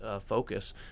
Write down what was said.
focus